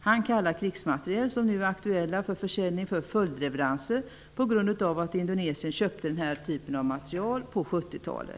Han kallar krigsmateriel som nu är aktuell för försäljning för följdleveranser, på grund av att Indonesien köpte denna typ av materiel på 70-talet.